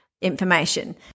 information